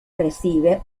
recibe